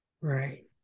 Right